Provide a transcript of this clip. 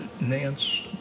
Nance